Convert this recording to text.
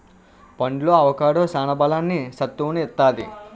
పండులో అవొకాడో సాన బలాన్ని, సత్తువును ఇత్తది